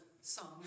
song